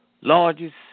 largest